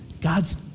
God's